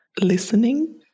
listening